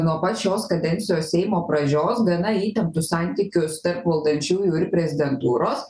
nuo pat šios kadencijos seimo pradžios gana įtemptus santykius tarp valdančiųjų ir prezidentūros